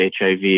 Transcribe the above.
HIV